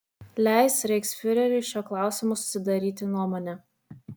leis reichsfiureriui šiuo klausimu susidaryti nuomonę